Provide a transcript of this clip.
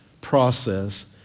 process